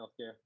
healthcare